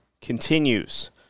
continues